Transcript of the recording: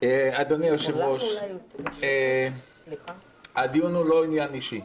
אדוני היושב-ראש, הדיון הוא לא עניין אישי.